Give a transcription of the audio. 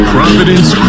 Providence